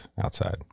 outside